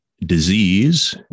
disease